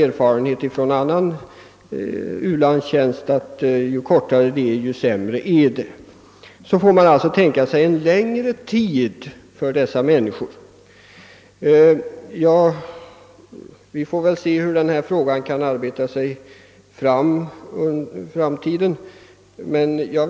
Erfarenheterna från annan u-landstjänstgöring har visat att ju kortare vistelsen där är, desto sämre blir arbetsresultaten. Av denna anledning får man alltså räkna med längre tjänstgöringstid för dessa människor än för vanliga värnpliktiga. Vi får väl avvakta och se, hur denna fråga kan arbeta sig fram mot en slutlig lösning.